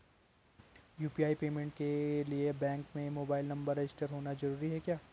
UPI payment के लिए bank में मोबाइल नंबर रजिस्टर्ड होना जरूरी है क्या?